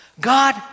God